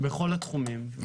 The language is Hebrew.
בכל התחומים.